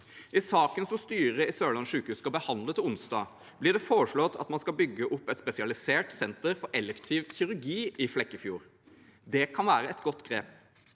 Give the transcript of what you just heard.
I saken som styret i Sørlandet sykehus skal behandle til onsdag, blir det foreslått at man skal bygge opp et spesialisert senter for elektiv kirurgi i Flekkefjord. Det kan være et godt grep,